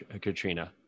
Katrina